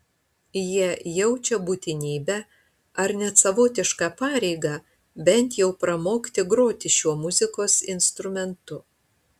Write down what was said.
jie jaučia būtinybę ar net savotišką pareigą bent jau pramokti groti šiuo muzikos instrumentu